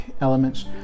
elements